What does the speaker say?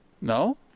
No